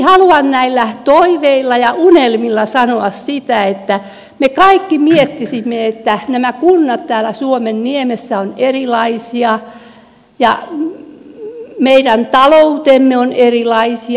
haluan näillä toiveilla ja unelmilla sanoa sitä että me kaikki miettisimme että nämä kunnat täällä suomenniemessä ovat erilaisia ja meidän taloutemme ovat erilaisia